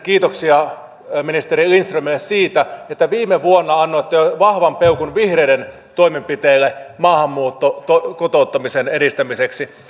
kiitoksia esimerkiksi ministeri lindströmille siitä että viime vuonna annoitte vahvan peukun vihreiden toimenpiteille maahanmuuttoon liittyvän kotouttamisen edistämiseksi